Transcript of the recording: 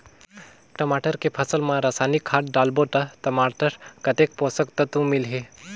टमाटर के फसल मा रसायनिक खाद डालबो ता टमाटर कतेक पोषक तत्व मिलही?